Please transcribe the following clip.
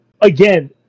again